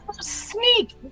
Sneak